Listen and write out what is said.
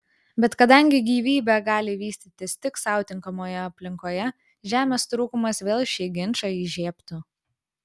bet kadangi gyvybė gali vystytis tik sau tinkamoje aplinkoje žemės trūkumas vėl šį ginčą įžiebtų